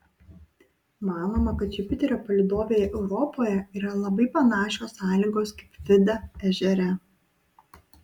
manoma kad jupiterio palydovėje europoje yra labai panašios sąlygos kaip vida ežere